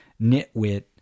nitwit